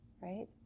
right